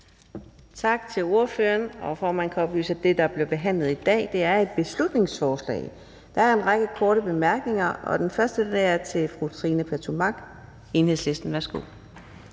Tak til ordføreren. Formanden kan oplyse, at det, der bliver behandlet i dag, er et beslutningsforslag. Der er en række korte bemærkninger, og den første er til fru Tine Pertou Mach, Enhedslisten. Værsgo.